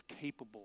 capable